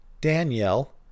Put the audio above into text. danielle